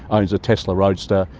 owns a tesla roadster.